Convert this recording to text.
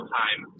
time